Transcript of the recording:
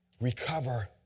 recover